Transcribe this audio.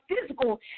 physical